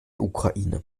ukraine